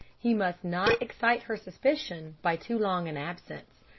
he must not excite her suspicion by too long an absence.